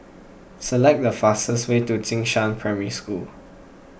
select the fastest way to Jing Shan Primary School